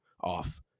off